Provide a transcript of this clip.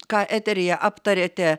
ką eteryje aptarėte